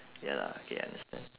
ya lah okay understand